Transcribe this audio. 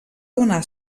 donar